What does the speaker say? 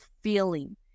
feeling